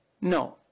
no